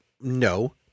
No